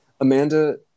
Amanda